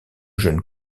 jeune